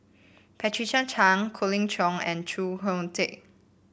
Patricia Chan Colin Cheong and Khoo Oon Teik